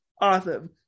awesome